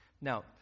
Now